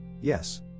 Yes